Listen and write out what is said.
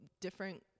different